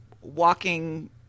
walking